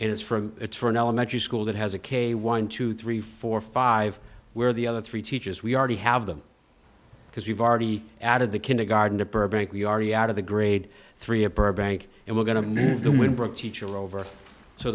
and it's for a it's for an elementary school that has a k one two three four five where the other three teachers we already have them because we've already added the kindergarten to burbank we already out of the grade three of burbank and we're going to do when brooke teacher over so